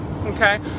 okay